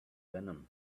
venom